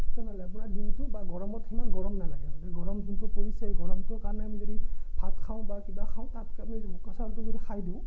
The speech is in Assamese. তেনেহ'লে আপোনাৰ দিনটো বা গৰমত সিমান গৰম নালাগে মানে গৰম যোনটো পৰিছে গৰমটোৰ কাৰণে আমি যদি ভাত খাওঁ বা কিবা খাওঁ তাতকে আমি বোকা চাউলটো যদি খাই দিওঁ